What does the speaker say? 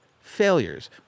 failures